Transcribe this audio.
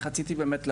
רציתי באמת,